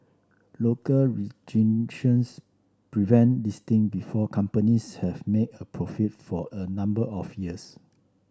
local prevent listing before companies have made a profit for a number of years